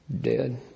dead